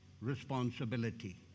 responsibility